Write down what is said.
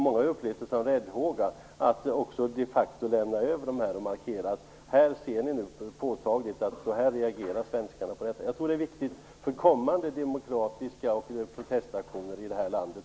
Många har upplevt det som räddhågat att inte de facto lämna över underskrifterna och markera hur påtagligt svenskarna reagerar. Jag tror att det är viktigt för kommande demokratiska protestaktioner i det här landet.